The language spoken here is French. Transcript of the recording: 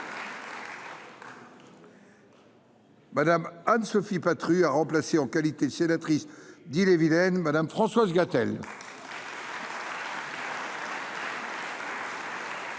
Mme Anne Sophie Patru a remplacé, en qualité de sénatrice d’Ille et Vilaine, Mme Françoise Gatel,